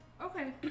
Okay